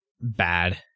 bad